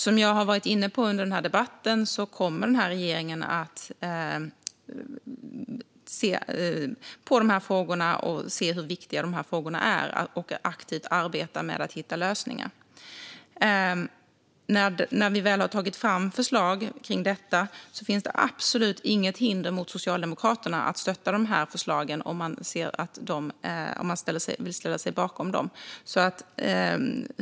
Som jag har varit inne på under denna debatt kommer regeringen att se på de här viktiga frågorna och aktivt arbeta med att hitta lösningar. När vi väl har tagit fram förslag kring detta finns det absolut inget hinder för Socialdemokraterna att stötta förslagen om man vill ställa sig bakom dem.